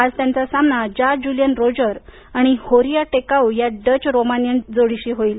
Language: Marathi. आज त्यांचा सामना जाँ जूलियन रोजर आणि होरिया टेकाऊ या डच रोमानियन जोडीशी होईल